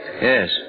Yes